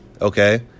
Okay